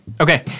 Okay